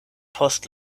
post